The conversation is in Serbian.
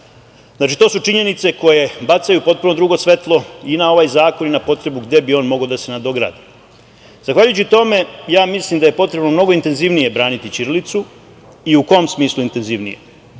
Znači, to su činjenice koje bacaju potpuno drugo svetlo i na ovaj zakon i na potrebu gde bi on mogao da se nadogradi. Zahvaljujući tome, mislim da je potrebno mnogo intenzivnije braniti ćirilicu i u kom smislu intenzivnije.